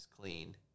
clean